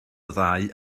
ddau